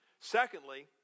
Secondly